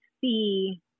see